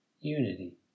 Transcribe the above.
unity